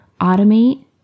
automate